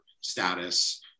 status